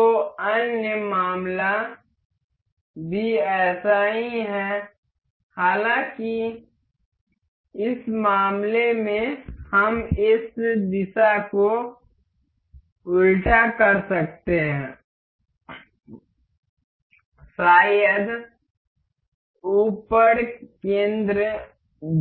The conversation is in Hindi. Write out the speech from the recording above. तो अन्य मामला भी ऐसा ही है हालाँकि इस मामले में हम इस दिशा को उल्टा कर सकते हैं शायद उपरिकेंद्र